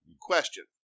Question